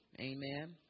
amen